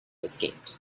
escaped